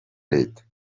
leta